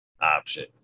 Option